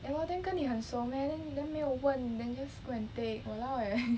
ya lor then 跟你很熟 meh then then 没有问 then just go and take !walao! eh